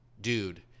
dude